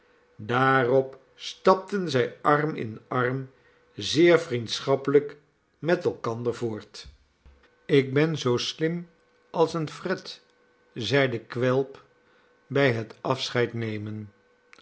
daarop stapten zij arm in arm zeer vriendschappelijk met elkander voort ik ben zoo slim als een fret zeidequilp bij het afscheid nemen